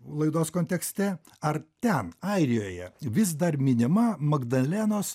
laidos kontekste ar ten airijoje vis dar minima magdalenos